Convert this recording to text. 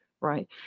right